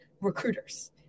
Recruiters